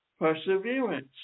perseverance